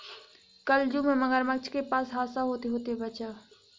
कल जू में मगरमच्छ के पास हादसा होते होते बचा